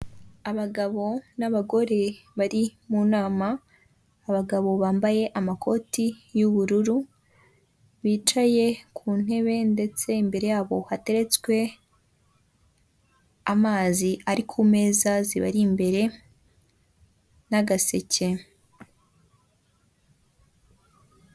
Abagabo n'abagore bari mu nama, abagabo bambaye amakoti y'ubururu bicaye ku ntebe ndetse imbere yabo hateretswe amazi ari ku meza zibari imbere n'agaseke.